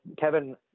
Kevin